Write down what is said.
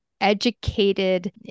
educated